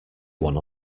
one